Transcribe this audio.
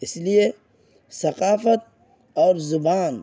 اس لیے ثقافت اور زبان